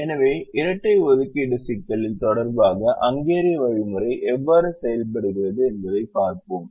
எனவே இரட்டை ஒதுக்கீடு சிக்கலின் தொடர்பாக ஹங்கேரிய வழிமுறை எவ்வாறு செயல்படுகிறது என்பதைப் பார்ப்போம்